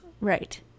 Right